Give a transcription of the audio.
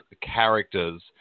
characters